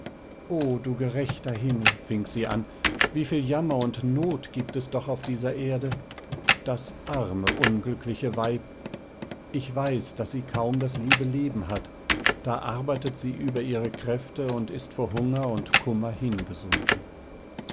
o du gerechter himmel fing sie an wieviel jammer und not gibt es doch auf dieser erde das arme unglückliche weib ich weiß daß sie kaum das liebe leben hat da arbeitet sie über ihre kräfte und ist vor hunger und kummer hingesunken